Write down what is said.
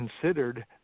considered